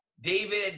David